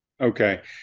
Okay